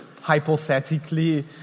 hypothetically